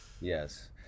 yes